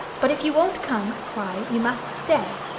but if you won't come, why, you must stay.